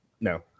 no